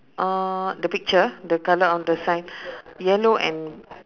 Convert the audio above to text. uh the picture the colour on the sign yellow and